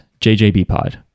jjbpod